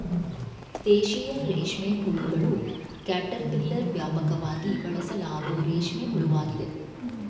ದೇಶೀಯ ರೇಷ್ಮೆಹುಳುಗಳ ಕ್ಯಾಟರ್ಪಿಲ್ಲರ್ ವ್ಯಾಪಕವಾಗಿ ಬಳಸಲಾಗೋ ರೇಷ್ಮೆ ಹುಳುವಾಗಿದೆ